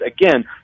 again